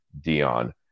Dion